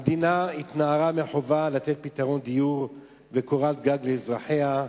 המדינה התנערה מהחובה לתת פתרון דיור וקורת-גג לאזרחיה,